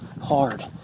hard